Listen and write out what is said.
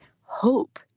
hope